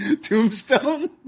Tombstone